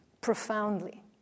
profoundly